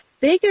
Bigger